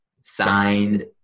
signed